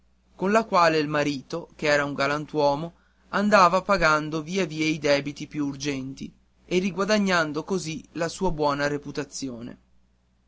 con la quale il marito che era galantuomo andava pagando via via i debiti più urgenti e riguadagnando così la sua buona reputazione